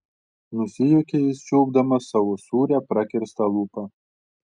nusijuokė jis čiulpdamas savo sūrią prakirstą lūpą